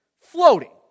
floating